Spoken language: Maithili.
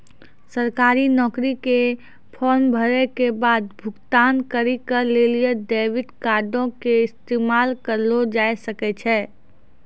सरकारी नौकरी के फार्म भरै के बाद भुगतान करै के लेली डेबिट कार्डो के इस्तेमाल करलो जाय सकै छै